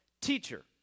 Teacher